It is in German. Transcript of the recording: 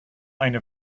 eine